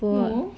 no